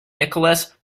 nicholas